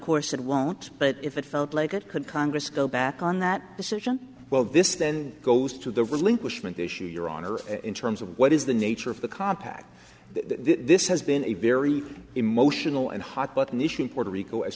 course it won't but if it felt like it could congress go back on that decision well this then goes to the relinquishment issue your honor in terms of what is the nature of the compact that this has been a very otieno and hot button issue in puerto rico as